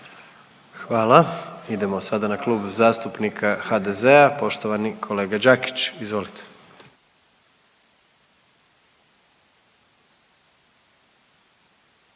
Hvala. Idemo sada na Klub zastupnika HDZ-a, poštovani kolega Đakić, izvolite.